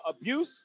abuse